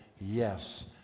yes